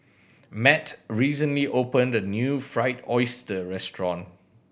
Matt recently opened a new Fried Oyster restaurant